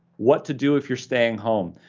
what to do if you're staying home?